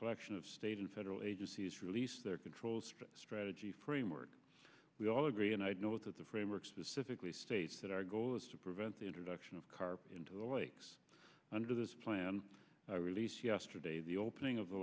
collection of state and federal agencies released their control strategy framework we all agree and i note that the framework specifically states that our goal is to prevent the introduction of car into lakes under this plan i released yesterday the opening of the